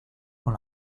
con